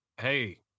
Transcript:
Hey